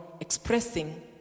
expressing